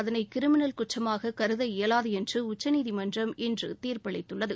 அதனை கிரிமினல் குற்றமாகக் கருத இயலாது என்று உச்சநீதிமன்றம் இன்று தீர்ப்பளித்துள்ளது